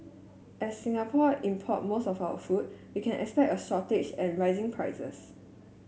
as Singapore import most of our food we can expect a shortage and rising prices